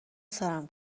سرم